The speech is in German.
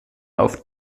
auf